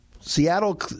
Seattle